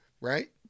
right